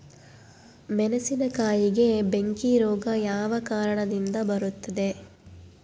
ಮೆಣಸಿನಕಾಯಿಗೆ ಬೆಂಕಿ ರೋಗ ಯಾವ ಕಾರಣದಿಂದ ಬರುತ್ತದೆ?